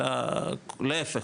אלא להיפך,